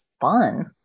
fun